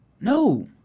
No